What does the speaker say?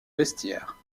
vestiaire